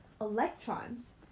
electrons